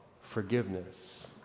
forgiveness